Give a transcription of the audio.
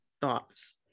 thoughts